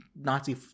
nazi